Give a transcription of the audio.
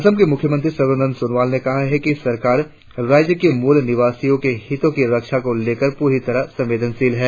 असम के मुख्यमंत्री सर्बानंद सोनोवाल ने कहा है कि सरकार राज्य के मुल निवासियों के हितों की रक्षा को लेकर पूरी तरह संवेदनशील है